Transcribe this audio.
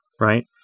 right